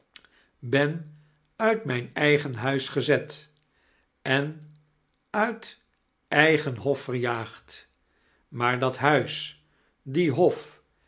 ben uit mijii eigen huis gezet em uit eigen hof verjaagd maar dat huis die hof